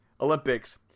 Olympics